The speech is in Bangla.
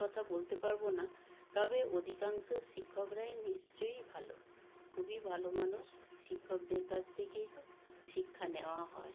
কথা বলতে পারব না তবে অধিকাংশ শিক্ষকরাই নিশ্চয়ই ভালো খুবই ভালো মানুষ শিক্ষকদের কাছ থেকেই তো শিক্ষা নেওয়া হয়